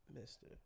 mister